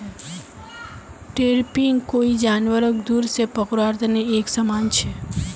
trapping कोई जानवरक दूर से पकड़वार तने एक समान छे